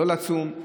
לא לצום,